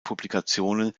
publikationen